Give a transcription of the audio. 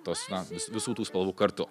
tos na vis visų tų spalvų kartu